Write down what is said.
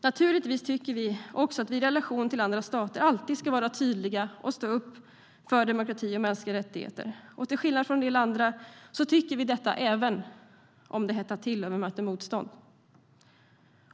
Naturligtvis tycker vi också att vi i relation till andra stater alltid ska vara tydliga och stå upp för demokrati och mänskliga rättigheter, och till skillnad från en del andra tycker vi detta även när det hettar till och när vi möter motstånd.